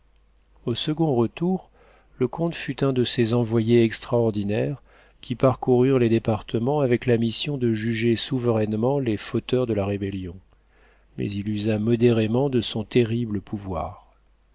au second retour le comte fut un de ces envoyés extraordinaires qui parcoururent les départements avec la mission de juger souverainement les fauteurs de la rébellion mais il usa modérément de son terrible pouvoir